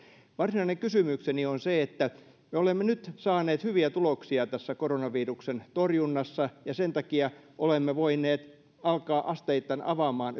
varsinainen kysymykseni on se että me olemme nyt saaneet hyviä tuloksia tässä koronaviruksen torjunnassa ja sen takia olemme voineet alkaa asteittain avaamaan